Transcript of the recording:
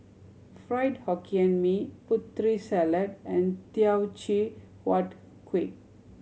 Fried Hokkien Mee Putri Salad and Teochew Huat Kuih